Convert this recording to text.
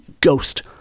ghost